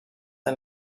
and